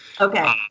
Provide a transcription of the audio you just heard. Okay